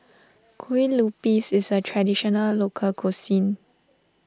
Kue Lupis is a Traditional Local Cuisine